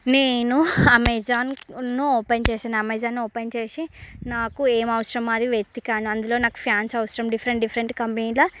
నేను అమెజాన్ను ఓపెన్ చేసిన అమెజాన్ను ఓపెన్ చేసి నాకు ఏం అవసరమో అది వెతికాను అందులో నాకు ఫ్యాన్స్ అవసరం డిఫరెంట్ డిఫరెంట్ కంపెనీల